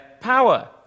power